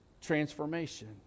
transformation